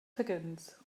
higgins